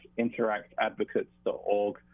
interactadvocates.org